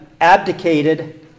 abdicated